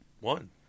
one